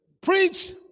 preach